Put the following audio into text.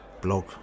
blog